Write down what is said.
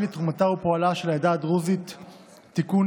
לתרומתה ופועלה של העדה הדרוזית (תיקון,